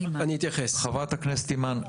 חברת הכנסת אימאן,